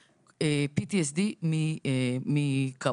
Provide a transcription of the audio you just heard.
--- למה?